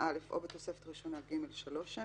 א' או בתוספת ראשונה ג' 3 שנים,